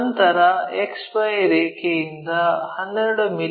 ನಂತರ XY ರೇಖೆಯಿಂದ 12 ಮಿ